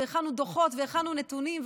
והכנו דוחות והכנו נתונים,